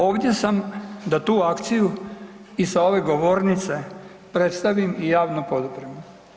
Ovdje sam da tu akciju i sa ove govornice predstavim i javno poduprem.